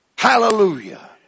Hallelujah